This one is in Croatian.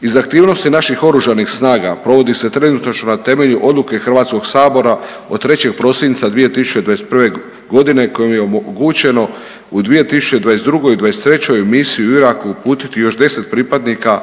Iz aktivnosti naših oružanih snaga provodi se trenutačno na temelju odluke HS-a od 3. prosinca 2021.g. kojom je omogućeno u 2022. i '23. u misiji u Iraku uputiti još 10 pripadnika